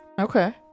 Okay